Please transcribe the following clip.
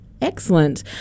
Excellent